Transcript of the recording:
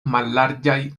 mallarĝaj